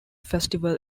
festival